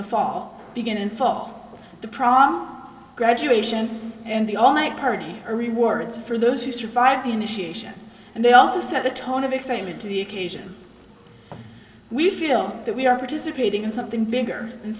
the fall begin and fall the prof graduation and the all night party are rewards for those who survived the initiation and they also set the tone of excitement to the occasion we feel that we are participating in something bigger than